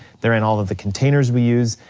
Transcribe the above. they're in all of the containers we use,